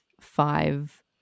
five